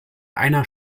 einer